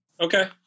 Okay